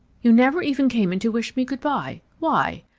you never even came in to wish me good-by. why?